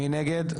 מי נגד?